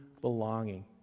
belonging